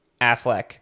Affleck